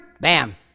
bam